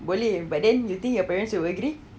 boleh but then you think your parents will agree